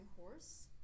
horse